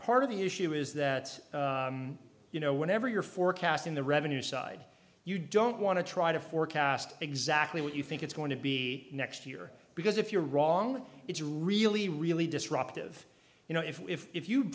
part of the issue is that you know whenever you're forecasting the revenue side you don't want to try to forecast exactly what you think it's going to be next year because if you're wrong it's really really disruptive you know if